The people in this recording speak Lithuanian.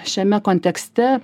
šiame kontekste